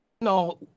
no